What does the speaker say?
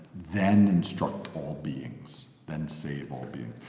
then instruct all beings. then save all beings.